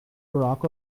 barack